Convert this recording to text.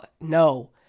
no